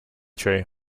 true